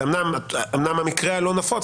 זה אמנם המקרה הלא נפוץ,